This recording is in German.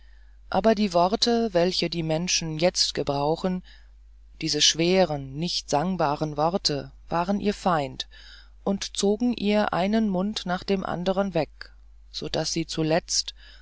aber die worte welche die menschen jetzt gebrauchen diese schweren nicht sangbaren worte waren ihr feind und nahmen ihr einen mund nach dem anderen weg so daß sie zuletzt